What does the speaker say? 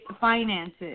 finances